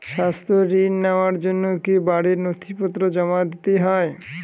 স্বাস্থ্য ঋণ নেওয়ার জন্য কি বাড়ীর নথিপত্র জমা দিতেই হয়?